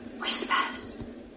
Whispers